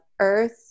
earth